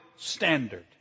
standard